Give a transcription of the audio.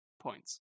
points